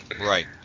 Right